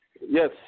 Yes